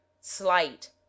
slight